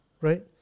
right